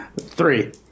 three